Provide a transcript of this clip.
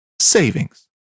savings